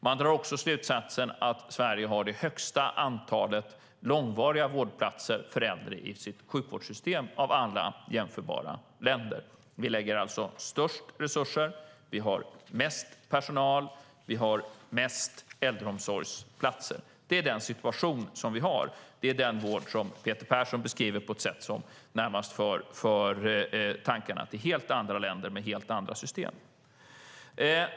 Man drar också slutsatsen att Sverige har det högsta antalet långvariga vårdplatser för äldre i sitt sjukvårdssystem av alla jämförbara länder. Vi lägger alltså störst resurser, vi har mest personal och vi har flest äldreomsorgsplatser. Det är den situation vi har. Det är den vården Peter Persson beskriver på ett sätt som närmast för tankarna till helt andra länder med helt andra system.